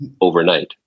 overnight